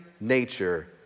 nature